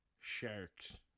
Sharks